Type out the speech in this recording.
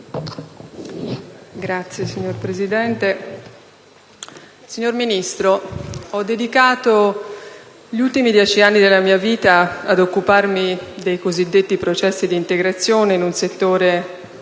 Signor Presidente, signor Ministro, ho dedicato gli ultimi dieci anni della mia vita ad occuparmi dei cosiddetti processi di integrazione in un settore